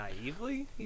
naively